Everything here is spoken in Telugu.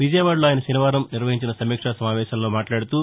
విజయవాడలో అయన శనివారం నిర్వహించిన సమీక్షా సమావేశంలో మాట్లాడుతూ